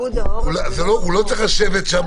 הוא לא צריך לשבת שם